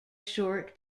short